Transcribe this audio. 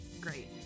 great